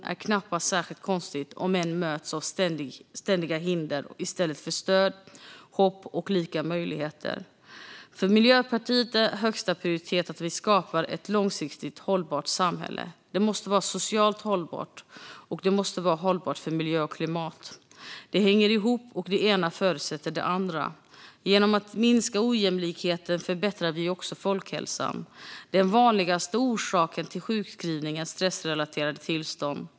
Det är knappast särskilt konstigt om en möts av ständiga hinder i stället för stöd, hopp och lika möjligheter. För Miljöpartiet är högsta prioritet att vi skapar ett långsiktigt hållbart samhälle. Det måste vara socialt hållbart och hållbart för miljö och klimat. Det hänger ihop, och det ena förutsätter det andra. Genom att minska ojämlikheten förbättrar vi också folkhälsan. Den vanligaste orsaken till sjukskrivning är stressrelaterade tillstånd.